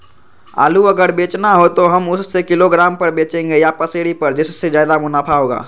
आलू अगर बेचना हो तो हम उससे किलोग्राम पर बचेंगे या पसेरी पर जिससे ज्यादा मुनाफा होगा?